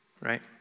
right